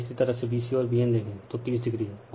अगर इसी तरह से bc और bn देखें तो 30o हैं